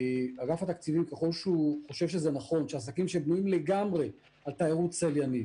אם אגף תקציבים חושב שזה נכון שעסקים שבנויים לגמרי על תיירות צליינית,